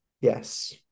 Yes